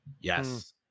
Yes